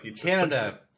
Canada